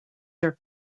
their